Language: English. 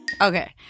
Okay